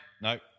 no